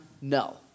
No